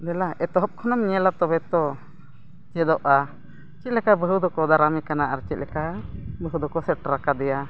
ᱫᱮᱞᱟ ᱮᱛᱚᱦᱚᱵ ᱠᱷᱚᱱᱮᱢ ᱧᱮᱞᱟ ᱛᱚᱵᱮ ᱛᱚ ᱪᱮᱫᱚᱜᱼᱟ ᱪᱮᱫ ᱞᱮᱠᱟ ᱵᱟᱹᱦᱩ ᱰᱚᱠᱚ ᱫᱟᱨᱟᱢᱮ ᱠᱟᱱᱟ ᱟᱨ ᱪᱮᱫᱠᱟ ᱵᱟᱹᱦᱩ ᱫᱚᱠᱚ ᱥᱮᱴᱮᱨ ᱠᱟᱫᱮᱭᱟ